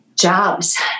jobs